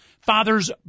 father's